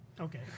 Okay